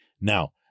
Now